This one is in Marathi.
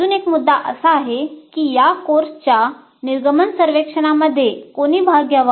अजून एक मुद्दा असा आहे की या कोर्सच्या एक्झिट सर्वेक्षणामध्ये कोणी भाग घ्यावा